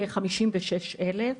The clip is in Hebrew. כחמישים ושישה אלף